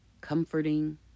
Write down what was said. comforting